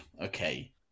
Okay